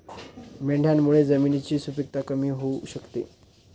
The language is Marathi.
मेंढ्यांमुळे जमिनीची सुपीकता कमी होऊ शकते